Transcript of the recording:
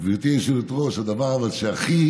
גברתי היושבת-ראש, הדבר שהכי